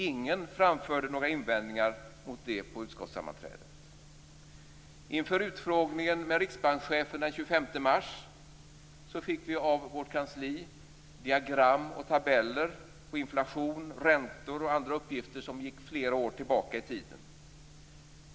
Ingen framförde några invändningar mot detta på utskottssammanträdet. mars fick vi av vårt kansli diagram och tabeller på inflation, räntor och andra uppgifter som gick flera år tillbaka i tiden.